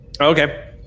okay